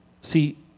See